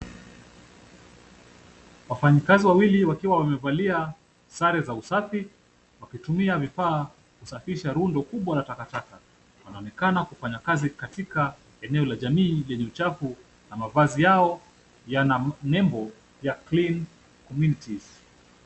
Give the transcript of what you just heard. Wafanyikazi wawili wakiwa wamevalia sare za usafi wakitumia vifaa kusafisha rundo kubwa la takataka. Wanaonekana kufanya kazi katika eneo la jamii lenye uchafu na mavazi yao yana nembo ya Clean Communities.